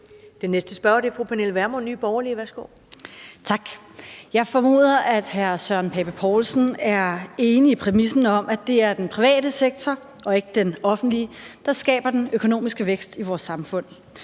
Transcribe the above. Den næste spørger er fru Pernille Vermund, Nye Borgerlige. Værsgo. Kl. 15:45 Pernille Vermund (NB): Tak. Jeg formoder, at hr. Søren Pape Poulsen er enig i præmissen om, at det er den private og ikke den offentlige sektor, der skaber den økonomiske vækst i vores samfund.